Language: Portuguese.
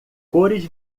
cores